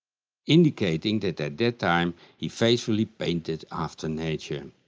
indicating that at that time he faithfully painted after nature.